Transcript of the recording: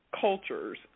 cultures